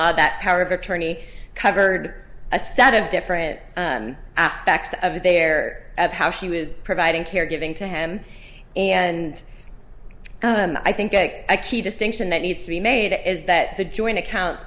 law that power of attorney covered a set of different aspects of their of how she was providing care giving to him and i think a distinction that needs to be made is that the joint accounts